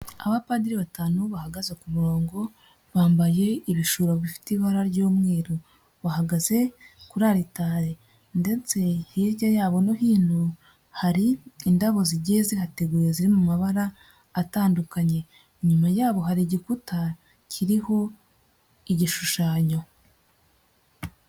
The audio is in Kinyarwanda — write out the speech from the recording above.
Abapadiri batanu bahagaze ku murongo bambaye ibishura bifite ibara ry'umweru, bahagaze kuri aritari ndetse hirya yabo no hino hari indabo zigiye zihateguye ziri mu mabara atandukanye, inyuma yaho hari igikuta kiriho igishushanyo.